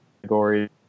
category